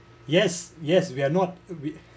yes yes we are not we